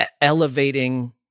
elevating—